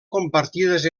compartides